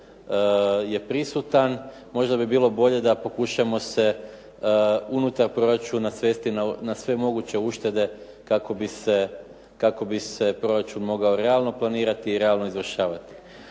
je prisutan možda bi bilo bolje da pokušamo se unutar proračuna svesti na sve moguće uštede kako bi se proračun mogao realno planirati i realno izvršavati.